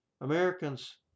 Americans